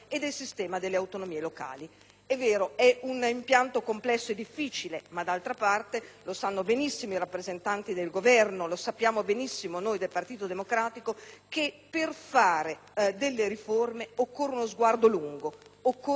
locali. È un impianto complesso e difficile, ma d'altra parte - lo sanno benissimo i rappresentanti del Governo e noi del Partito Democratico - per fare delle riforme occorre uno sguardo lungo e obiettivi alti.